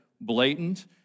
blatant